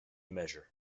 measure